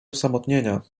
osamotnienia